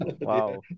Wow